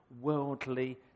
worldly